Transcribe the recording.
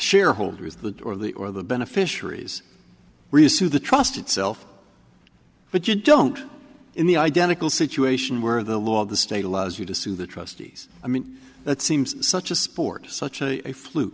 shareholders the or the or the beneficiaries to the trust itself but you don't in the identical situation where the law of the state allows you to sue the trustees i mean that seems such a sport to such a fl